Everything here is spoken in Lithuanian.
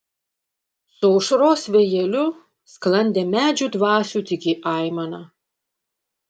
su aušros vėjeliu sklandė medžių dvasių tyki aimana